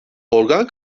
organ